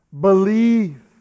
Believe